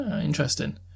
interesting